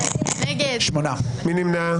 מי נמנע?